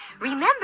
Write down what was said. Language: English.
Remember